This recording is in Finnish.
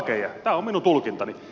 tämä on minun tulkintani